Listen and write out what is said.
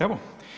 Evo.